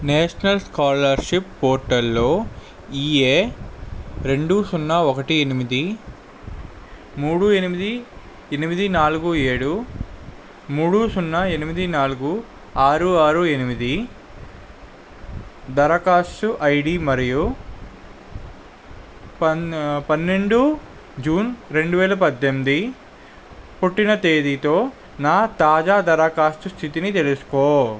national scholarship పోర్టల్లో E A రెండు సున్నా ఒకటి ఎనిమిది మూడు ఎనిమిది ఎనిమిది నాలుగు ఏడు మూడు సున్నా ఎనిమిది నాలుగు ఆరు ఆరు ఎనిమిది దరఖాస్తు ఐడి మరియు పన్ పన్నెండు జూన్ రెండు వేల పద్దెనిమిది పుట్టిన తేదీతో నా తాజా దరఖాస్తు స్థితిని తెలుసుకో